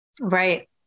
Right